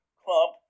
club